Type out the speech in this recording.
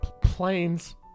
Planes